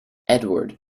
edward